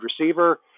receiver